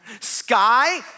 Sky